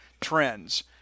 trends